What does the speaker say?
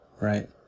right